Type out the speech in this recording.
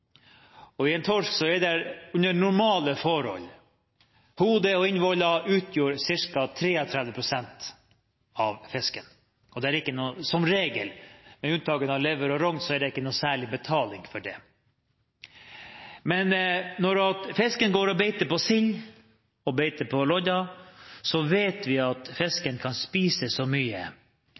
og i en torsk utgjør under normale forhold hode og innvoller ca. 33 pst. av vekten av fisken. Som regel – med unntak av lever og rogn – er det ikke noe særlig betaling for det. Men når fisken går og beiter på sild og lodde, vet vi at fisken kan spise så mye